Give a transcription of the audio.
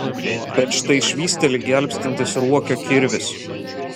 bet štai švysteli gelbstintis ruokio kirvis